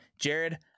Jared